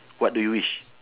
what do you wish